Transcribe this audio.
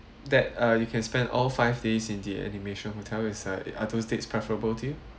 that uh you can spend all five days in the animation hotel is uh are those dates preferable to you